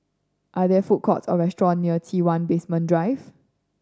are there food courts or restaurants near T One Basement Drive